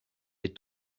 est